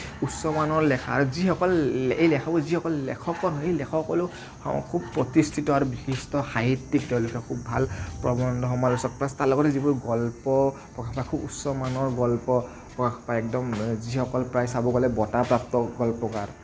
উচ্চমানৰ লেখা যিসকল লেখক সেই লেখকসকলেও খুব প্ৰতিস্থিত আৰু বিশিষ্ট সাহিত্যিক তেওঁলোকে খুব ভাল প্ৰবন্ধ সমালোচক প্লাচ তাৰ লগতে যিবোৰ গল্প উচ্চমানৰ গল্প প্ৰকাশ পায় একদম যিসকল প্ৰায় চাব গ'লে বটাপ্ৰাপ্ত গল্পকাৰ